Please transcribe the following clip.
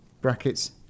brackets